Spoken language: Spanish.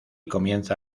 comienza